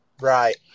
Right